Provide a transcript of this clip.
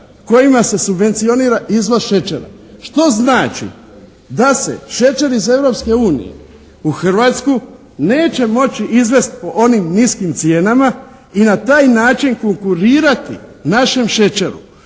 kojima se subvencionira izvoz šećera, što znači da se šećer iz Europske unije u Hrvatsku neće moći izvest po onim niskim cijenama i na taj način konkurirati našem šećeru.